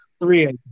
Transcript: three